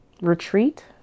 retreat